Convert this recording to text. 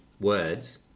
words